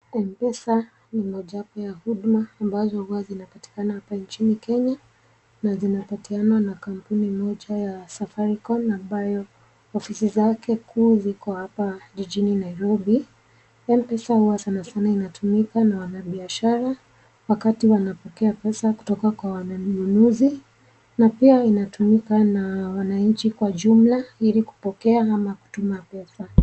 M-pesa ni mojawapo ya huduma ambazo huwa zinapatikana hapa nchini Kenya na zinapatianwa na kampuni moja ya Safaricom ambayo ofisi zake kuu ziko hapa jijini Nairobi. M-pesa huwa sana sana inatumika na wanabiashara wakati wanapokea pesa kutoka kwa wanunuzi na pia inatumika na wananchi kwa jumla ili kupokea ama kutuma pesa.